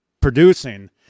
producing